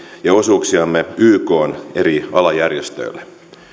ja osuuksiamme ykn eri alajärjestöille